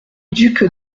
duc